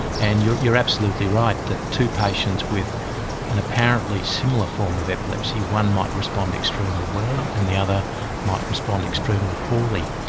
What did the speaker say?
and you're you're absolutely right that two patients with an apparently similar form of epilepsy one might respond extremely well and the other might respond extremely poorly.